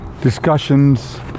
discussions